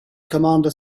commander